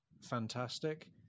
fantastic